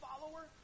follower